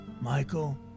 Michael